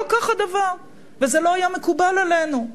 לא כך הדבר, וזה לא היה מקובל עלינו,